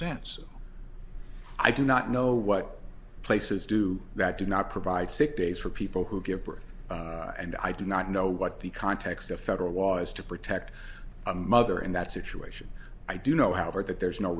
sense i do not know what places do that do not provide sick days for people who give birth and i do not know what the context of federal laws to protect a mother in that situation i do know however that there is no